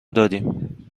دادیم